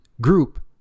group